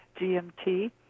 GMT